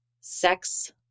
Sex